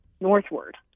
northward